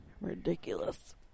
Ridiculous